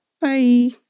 Bye